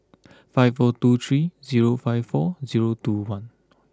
five four two three zero five four zero two one